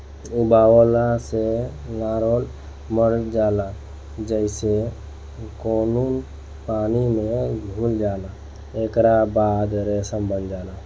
उबालला से लार्वा मर जाला जेइसे कोकून पानी में घुल जाला एकरा बाद रेशम बन जाला